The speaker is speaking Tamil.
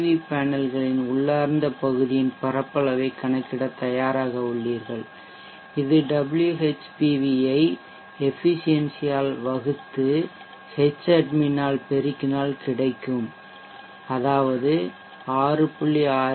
வி பேனல்களின் உள்ளார்ந்த பகுதியின் பரப்பளவைக் கணக்கிடத் தயாராக உள்ளீர்கள் இது Whpv ஐ எஃபிசியென்சி ஆல் வகுத்து ஹெச் அட்மின் ஆல் பெருக்கினால் கிடைக்கும் வழங்கப்படுகிறது அதாவது 6